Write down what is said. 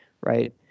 right